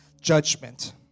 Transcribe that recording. judgment